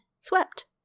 swept